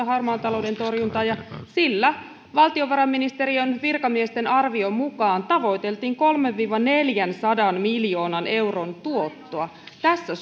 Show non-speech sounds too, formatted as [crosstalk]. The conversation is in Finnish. [unintelligible] harmaan talouden torjuntaan ja sillä valtiovarainministeriön virkamiesten arvion mukaan tavoiteltiin kolmensadan viiva neljänsadan miljoonan euron tuottoa tässä [unintelligible]